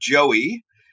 Joey